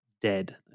dead